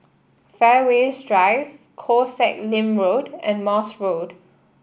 Fairways Drive Koh Sek Lim Road and Morse Road